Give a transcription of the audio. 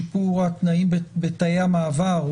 בשיפור התנאים בתאי המעבר,